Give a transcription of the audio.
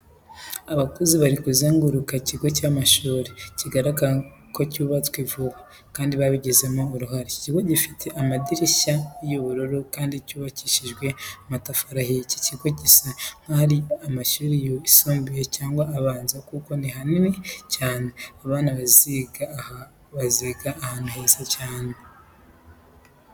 Abakozi bari kuzenguruka ikigo cy'amashuri bigaragara ko cyubatswe vuba kandi babigizemo uruhare. Iki kigo gifite amadirishya y'ubururu kandi cyubakishijwe amatafari ahiye. Iki kigo gisa nkaho ari amashuri y'isumbuye cyangwa abanza kuko ni hanini cyane. Abana baziga aha baziga ahantu heza cyane.